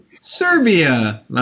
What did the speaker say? Serbia